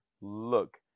look